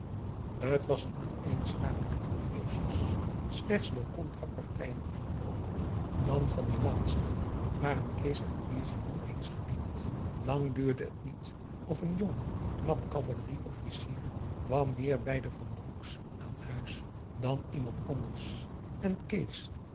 t was een aaneenschakeling van feestjes slechts door contra partijen afgebroken dan van die laatste waren kees en louise niet eens gediend lang duurde het niet of een jong knap cavalerieofficier kwam meer bij de van den broek's aan huis dan iemand anders en kees